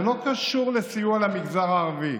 זה לא קשור לסיוע למגזר הערבי.